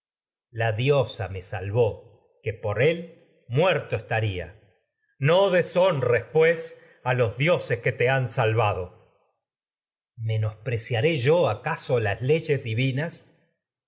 la diosa me salvó que por él muerto teucro salvado no deshonres pues a los dioses que te han tragedias de sófocles menelao menospreciaré vinas teucro yo acaso las leyes